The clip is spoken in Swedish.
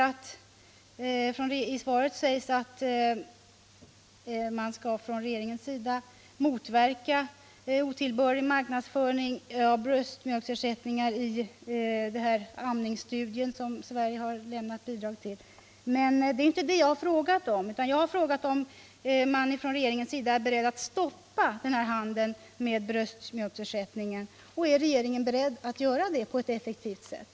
I svaret sägs att man från regeringens sida motverkar otillbörlig marknadsföring av bröstmjölksersättningar genom den amningsstudie som Sverige har lämnat bidrag till. Men det är inte det jag har frågat om, utan det är ju om regeringen är beredd att stoppa den här handeln med bröstmjölksersättning på ett effektivt sätt.